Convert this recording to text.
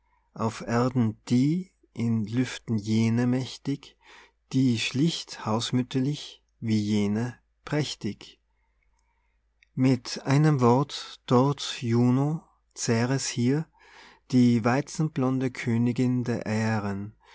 auf erden die in lüften jene mächtig die schlicht hausmütterlich wie jene prächtig mit einem wort dort juno ceres hier die weizenblonde königin der aehren